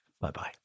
Bye-bye